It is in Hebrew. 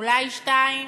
אולי שתיים?